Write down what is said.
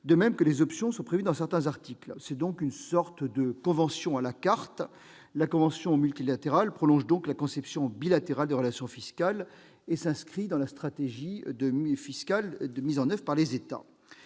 de même que des options sont prévues dans certains articles. Il s'agit donc, en quelque sorte, d'une convention « à la carte ». Cette convention multilatérale prolonge donc la conception bilatérale des relations fiscales et s'inscrit dans les stratégies fiscales mises en oeuvre par les États.